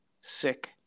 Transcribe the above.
Sick